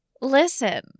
listen